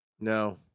No